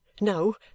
no